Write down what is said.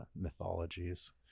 mythologies